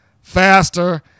faster